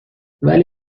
ولی